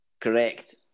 Correct